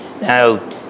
Now